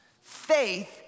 Faith